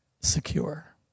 secure